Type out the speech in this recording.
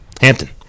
Hampton